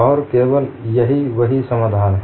और केवल यही सही समाधान है